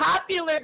popular